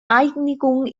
einigung